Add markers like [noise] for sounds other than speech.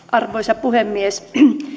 [unintelligible] arvoisa puhemies